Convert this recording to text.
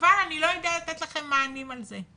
אבל אני לא יודע לתת לכם מענים על זה'